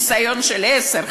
ניסיון של עשר,